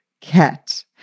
cat